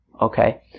Okay